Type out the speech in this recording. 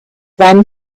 then